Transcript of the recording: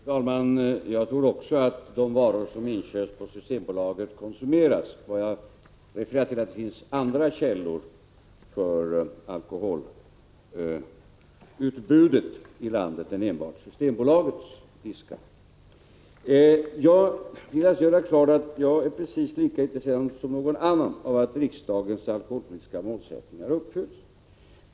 Fru talman! Jag tror också att de varor som inköps på Systembolaget konsumeras. Vad jag refererade till var att det finns andra källor för alkoholutbudet i landet än Systembolagets diskar. Jag vill göra klart att jag är precis lika intresserad som någon annan av att riksdagens alkoholpolitiska målsättningar uppfylls.